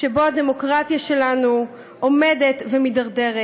שבו הדמוקרטיה שלנו הולכת ומידרדרת,